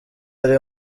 ari